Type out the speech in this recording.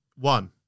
one